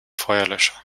feuerlöscher